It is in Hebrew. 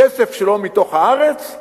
כסף שלא מתוך הארץ,